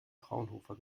fraunhofer